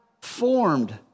formed